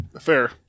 Fair